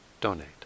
donate